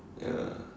ya